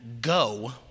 go